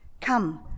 Come